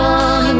on